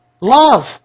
Love